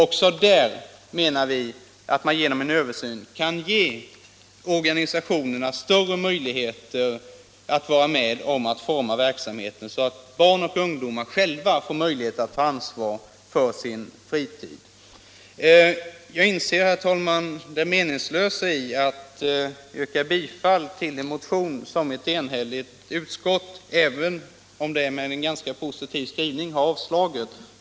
Också där menar vi att man genom en översyn bör ge organisationerna större möjligheter att vara med och forma verksamheten så att barn och ungdomar själva kan få ansvara för sin fritid. Jag inser, herr talman, det meningslösa i att yrka bifall till en motion som ett enhälligt utskott, om än med en ganska positiv skrivning, har avslagit.